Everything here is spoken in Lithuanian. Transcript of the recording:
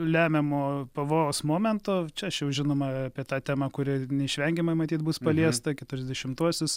lemiamo pavojaus momento čia aš jau žinoma apie tą temą kuri neišvengiamai matyt bus paliesta keturiasdešimtuosius